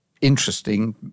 interesting